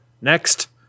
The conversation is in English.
Next